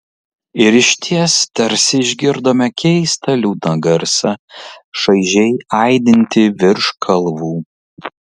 ir išties tarsi išgirdome keistą liūdną garsą šaižiai aidintį virš kalvų